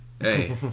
Hey